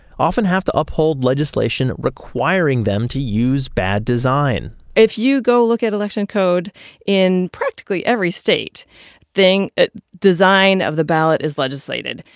often have to uphold legislation requiring them to use bad design if you go look at election code in practically every state thing, design of the ballot is legislated.